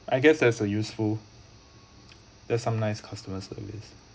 I guess that's a useful that's some nice customer service